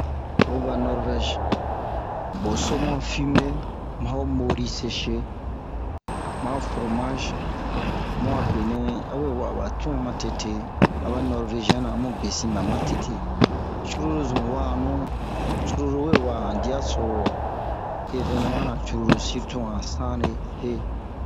oyi va Nɔrvɛze ho somon fume ma ho mori seshe ma ho fromaze mu a benɛ awe wa'a ɓa tun matete aba nɔrveziyɛnna amu besin ɓa matete curulu zun mu wa'anu curulu we wa'a han diya so evɛneman-na curulu sirtu han sanle se